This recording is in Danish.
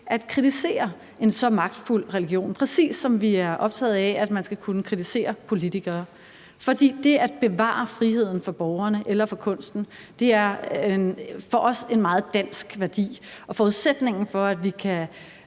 at kritisere en så magtfuld religion, præcis som vi er optaget af, at man skal kunne kritisere politikere. For det at bevare friheden for borgerne og for kunsten er for os en meget dansk værdi, og forudsætningen for, at vi kan